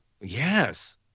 Yes